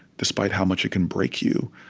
despite how much it can break you,